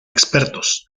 expertos